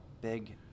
big